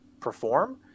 perform